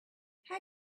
how